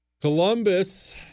Columbus